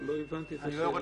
לא הבנתי את השאלה.